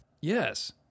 Yes